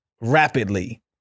rapidly